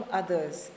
others